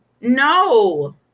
no